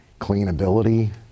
cleanability